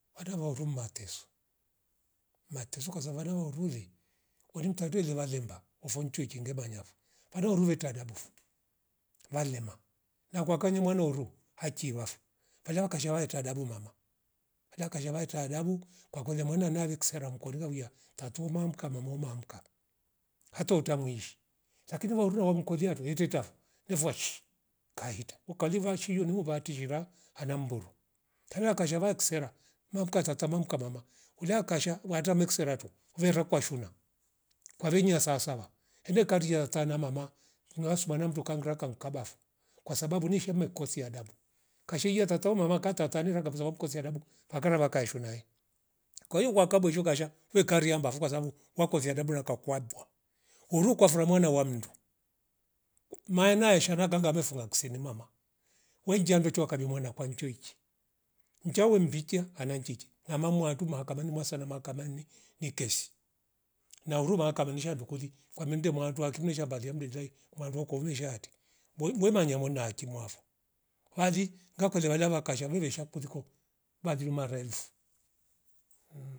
Vada vumrumba teso mateso kwazavara waurure woli mtandwe rewa lemba uvonchwi chinge majavo vara uruve tanyabufu valema na kwakanya mwana horu achi wafo valewa kashewaeta dabu mama vala kashavae taadabu kwa kolia mwana nali kisari remkolia woya tatu mamkama moma amka hata utamu wishi chakini varuo uro umkolia nduwe teta vo ndevua chi kahita ukali vashio ni muva tishirila hana mburu hera kashave ksera mavka tatama mkabama hulia kasha wata meksarato vera kwashuna kwevenyia sawasawa hive karia ata namama inuwa subanam ndumkangaraka kamkabafo kwasabu nishe mekosia adabu kashaiya tautau mama katatarila kavuma mkosia adabu vakara vakaishunai, kwahio kwakabwe zshoka zsha wekariamba vu kwasabu wakovi adabu na kwakadua dua huru kwa fora wamdu maanae sha kanga mefunga kisenimama wenjia njo wakirimona kwa nchoichi nchawe mvichia hana njiji na mwamu hatu mahakamani mwasa na mahakamani ni kesi na huru mahakama ni zshandu ndu koli kwa memde mwadnu akimle shamba liamndi ndelai mwaru wakuvishati mwei mwemanya mwona achi mwavo, vari ngakolia vala vakasha viri shamkutiko vali mara elfu